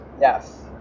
Yes